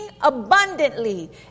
abundantly